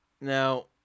Now